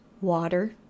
water